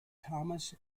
thomas